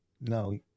No